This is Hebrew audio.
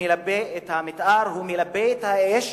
מלבה את האש